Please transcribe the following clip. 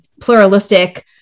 pluralistic